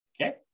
okay